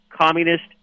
communist